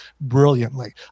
brilliantly